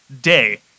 day